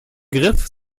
griff